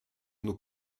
nos